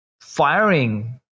firing